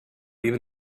even